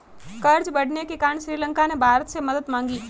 कर्ज बढ़ने के कारण श्रीलंका ने भारत से मदद मांगी